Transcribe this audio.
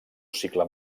cicle